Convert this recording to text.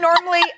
normally